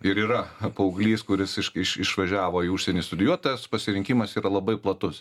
ir yra paauglys kuris iš iš išvažiavo į užsienį studijuot tas pasirinkimas yra labai platus